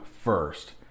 first